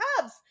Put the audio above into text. Cubs